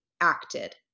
acted